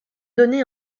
donnés